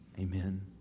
Amen